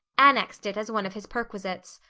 annexed it as one of his perquisites.